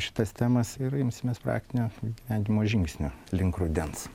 šitas temas ir imsimės praktinio įgyvendinimo žingsnio link rudens